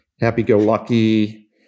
happy-go-lucky